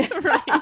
Right